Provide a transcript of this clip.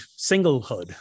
singlehood